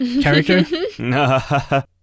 character